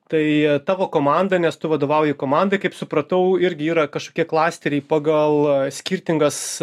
tai tavo komanda nes tu vadovauji komandai kaip supratau irgi yra kažkokie klasteriai pagal skirtingas